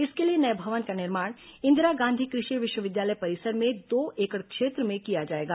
इसके लिए नये भवन का निर्माण इंदिरा गांधी कृषि विश्वविद्यालय परिसर में दो एकड़ क्षेत्र में किया जाएगा